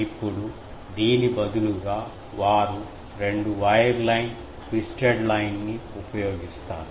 ఇప్పుడు దీని బదులుగా వారు రెండు వైర్ లైన్ ట్విస్టెడ్ లైన్ ని ఉపయోగిస్తారు